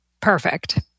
Perfect